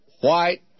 white